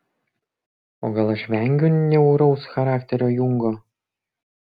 o gal aš vengiu niauraus charakterio jungo